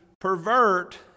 pervert